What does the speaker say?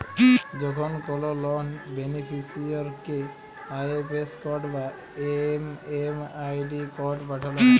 যখন কল লন বেনিফিসিরইকে আই.এফ.এস কড বা এম.এম.আই.ডি কড পাঠাল হ্যয়